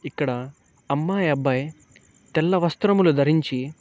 ఇక్కడ అమ్మాయి అబ్బాయి తెల్ల వస్త్రములు ధరించి